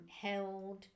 held